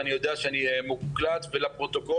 ואני יודע שאני מוקלט ולפרוטוקול,